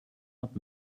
not